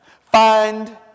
find